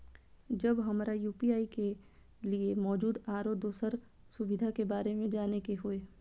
जब हमरा यू.पी.आई के लिये मौजूद आरो दोसर सुविधा के बारे में जाने के होय?